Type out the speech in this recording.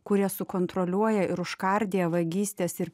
kurie sukontroliuoja ir užkardija vagystes ir